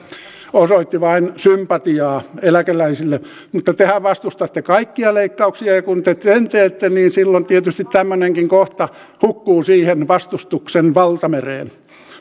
osoitti vain sympatiaa eläkeläisille mutta tehän vastustatte kaikkia leikkauksia ja kun te sen teette niin silloin tietysti tämmöinenkin kohta hukkuu siihen vastustuksen valtamereen